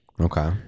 Okay